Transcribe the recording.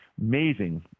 amazing